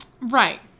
right